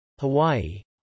Hawaii